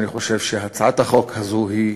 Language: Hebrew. אני חושב שהצעת החוק הזו היא,